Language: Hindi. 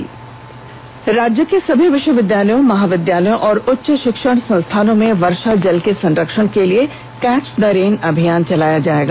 और अब संक्षिप्त खबरें राज्य के सभी विश्वविद्यालयों महाविद्यालयों और उच्च शिक्षण संस्थानों में वर्षा जल के संरक्षण के लिए कैच द रेन अभियान चलाया जाएगा